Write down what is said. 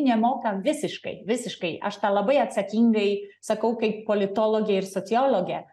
nemoka visiškai visiškai aš tą labai atsakingai sakau kaip politologė ir sociologė